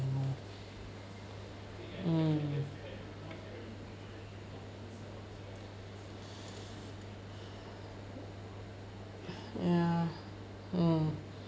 anymore mm ya mm